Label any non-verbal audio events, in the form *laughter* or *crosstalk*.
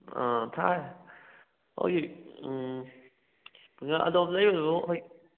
ꯊꯥꯏ ꯍꯧꯖꯤꯛ *unintelligible*